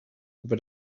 but